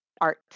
art